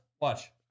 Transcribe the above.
Watch